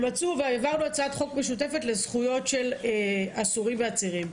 והעברנו הצעת חוק משותפת לזכויות של אסורים ועצירים.